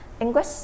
english